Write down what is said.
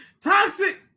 Toxic